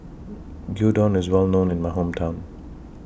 Gyudon IS Well known in My Hometown